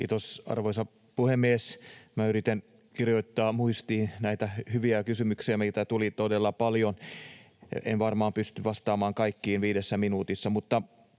Kiitos, arvoisa puhemies! Yritän kirjoittaa muistiin näitä hyviä kysymyksiä, mitä tuli todella paljon. En varmaan pysty vastaamaan kaikkiin 5 minuutissa.